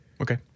Okay